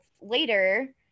later